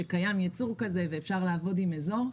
שקיים ייצור כזה ואפשר לעבוד עם אזור.